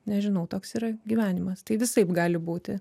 nežinau toks yra gyvenimas tai visaip gali būti